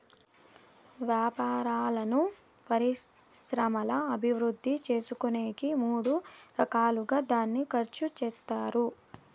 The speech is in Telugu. వ్యాపారాలను పరిశ్రమల అభివృద్ధి చేసుకునేకి మూడు రకాలుగా దాన్ని ఖర్చు చేత్తారు